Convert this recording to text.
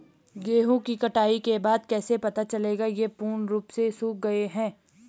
गेहूँ की कटाई के बाद कैसे पता चलेगा ये पूर्ण रूप से सूख गए हैं?